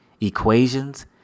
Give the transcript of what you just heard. equations